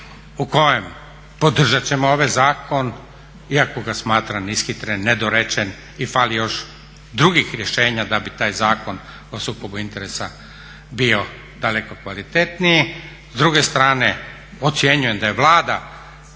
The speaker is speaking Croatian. u kojoj podržat ću ovaj zakon iako ga smatram ishitrenim, nedorečenim i fali još drugih rješenja da bi taj Zakon o sukobu interesa bio daleko kvalitetniji. S druge strane ocjenjujem da je Vlada